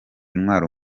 intwaro